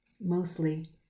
Mostly